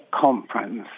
conference